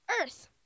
earth